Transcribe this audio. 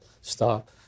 Stop